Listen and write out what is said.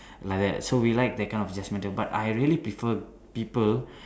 like that so we like that kind of judgement but I really prefer people